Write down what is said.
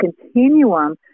continuum